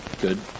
good